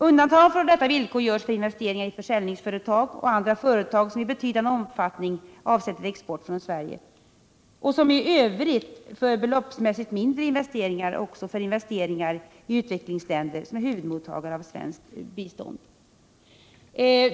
Undantag från dessa villkor görs för investeringar i försäljningsföretag och andra företag som i betydande omfattning avsätter export från Sverige och som i övrigt gör beloppsmässigt mindre investeringar i utvecklingsländer som är huvudmottagare av svenskt bistånd.